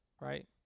right